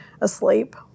asleep